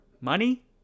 money